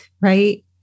right